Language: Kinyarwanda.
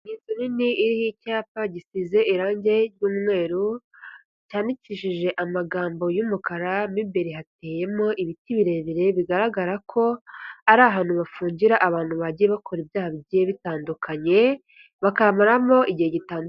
Inzu nini iriho icyapa gisize irangi ry'umweru, cyandikishije amagambo y'umukara, mo imbere hateyemo ibiti birebire bigaragara ko ari ahantu bafungira abantu bagiye bakora ibyaha bigiye bitandukanye, bakamaramo igihe gitandukanye.